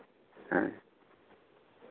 ᱦᱮᱸ